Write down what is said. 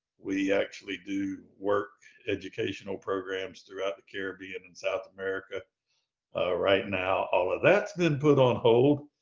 we actually do work educational programs throughout the caribbean and south america right now. all of that's been put on hold.